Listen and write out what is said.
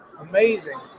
amazing